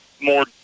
more